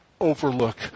overlook